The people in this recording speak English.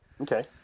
Okay